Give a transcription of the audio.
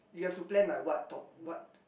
you have to plan like what top~ what